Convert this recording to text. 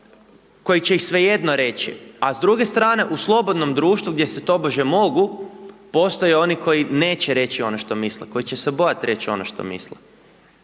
koji će ih svejedno reći a s druge strane u slobodnom društvu gdje se tobože mogu postoje oni koji neće reći ono što misle, koji će se bojati reći ono što misle.